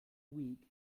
week